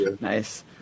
Nice